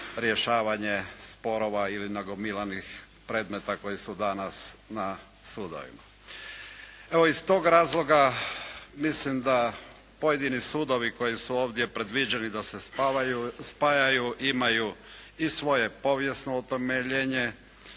rješavanje sporova ili nagomilanih predmeta koji su danas na sudovima. Evo iz tog razloga mislim da pojedini sudovi koji su ovdje predviđeni da se spajaju, imaju i svoje povijesno utemeljenje